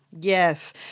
Yes